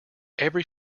every